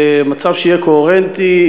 במצב שיהיה קוהרנטי,